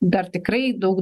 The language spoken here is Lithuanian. dar tikrai daug